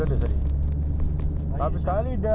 bagus ah tu murah tak nampak macam murah jer